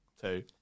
Two